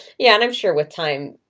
yeah, and i'm sure with time,